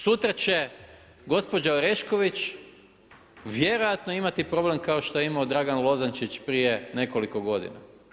Sutra će gospođa Orešković vjerojatno imati problem kao što je imao Dragan Loznančić prije nekoliko godina.